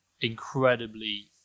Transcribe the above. Incredibly